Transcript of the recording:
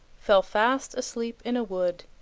fell fast asleep in a wood,